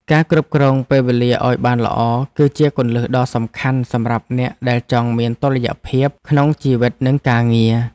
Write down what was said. ការគ្រប់គ្រងពេលវេលាឱ្យបានល្អ គឺជាគន្លឹះដ៏សំខាន់សម្រាប់អ្នកដែលចង់មានតុល្យភាពក្នុងជីវិតនិងការងារ។